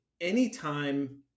anytime